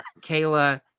Kayla